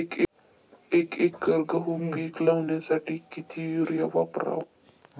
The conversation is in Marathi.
एक एकर गहू पीक लावण्यासाठी किती युरिया वापरावा?